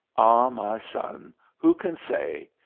ah, my son, who can say?